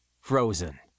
frozen